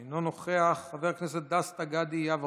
אינו נוכח, חבר הכנסת דסטה גדי יברקן,